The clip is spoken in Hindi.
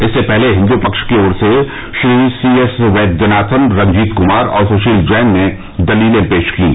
इससे पहले हिन्दू पक्ष की ओर से श्री सी एस वैद्यनाथन रंजीत कुमार और सुशील जैन ने दलीलें पेश कीं